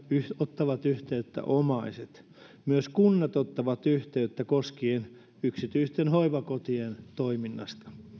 ottavat yhteyttä omaiset myös kunnat ottavat yhteyttä koskien yksityisten hoivakotien toimintaa